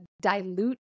dilute